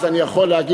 אז אני יכול לומר: